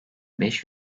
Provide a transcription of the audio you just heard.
beş